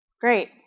Great